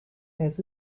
has